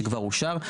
שכבר אושר.